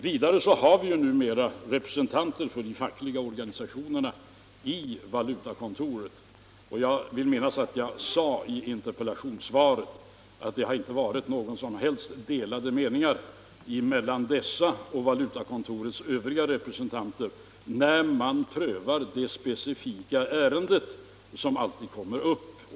Vidare har vi också numera representanter för de fackliga organisationerna i valutakontoret, och det har inte rått några som helst delade meningar mellan dessa och valutakontorets övriga representanter vid prövningen av de specifika ärenden som förekommit.